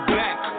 back